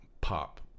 pop